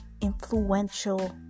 influential